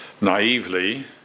naively